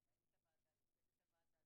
בוקר טוב למנהלת הוועדה, לצוות הוועדה,